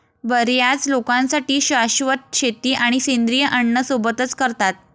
बर्याच लोकांसाठी शाश्वत शेती आणि सेंद्रिय अन्न सोबतच करतात